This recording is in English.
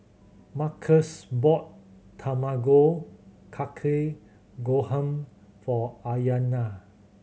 Markus bought Tamago Kake Gohan for Ayanna